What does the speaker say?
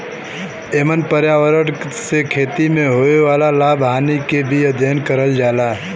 एमन पर्यावरण से खेती में होए वाला लाभ हानि के भी अध्ययन करल जाला